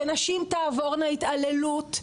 שנשים תעבורנה התעללות,